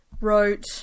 wrote